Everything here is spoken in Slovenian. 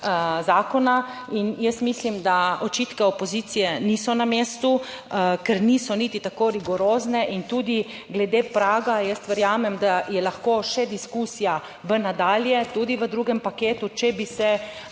zakona. In jaz mislim, da očitke opozicije niso na mestu, ker niso niti tako rigorozne in tudi glede praga, jaz verjamem, da je lahko še diskusija v nadalje tudi v drugem paketu, če bi se,